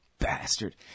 Bastard